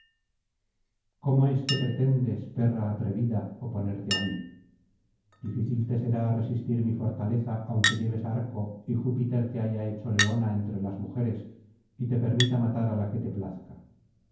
cómo es que pretendes perra atrevida oponerte a mí difícil te será resistir mi fortaleza aunque lleves arco y júpiter te haya hecho leona entre las mujeres y te permita matar á la que te plazca